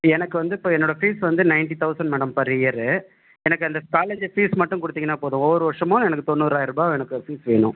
எனக்கு வந்து இப்போ என்னுடைய ஃபீஸ் வந்து ninety thousand madam per year எனக்கு அந்த காலேஜ் ஃபீஸ் மட்டும் கொடுத்தீங்கன்னா போதும் ஒவ்வொரு வருஷமும் எனக்கு தொன்னூராயிரம் ரூபாய் எனக்கு ஃபீஸ் வேணும்